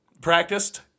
practiced